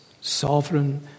sovereign